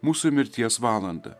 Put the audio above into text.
mūsų mirties valandą